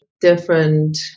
different